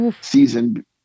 season